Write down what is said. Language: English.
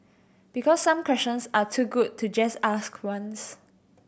because some questions are too good to just ask once